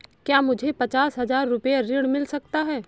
क्या मुझे पचास हजार रूपए ऋण मिल सकता है?